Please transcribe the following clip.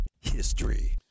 history